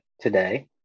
today